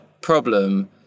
problem